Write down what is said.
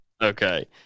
Okay